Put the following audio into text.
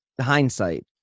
hindsight